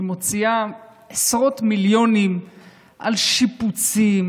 שמוציאה עשרות מיליונים על שיפוצים,